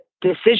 decision